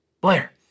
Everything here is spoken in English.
Blair